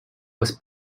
was